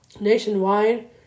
nationwide